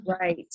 right